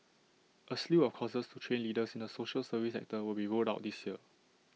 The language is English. A slew of courses to train leaders in the social service that will be rolled out this year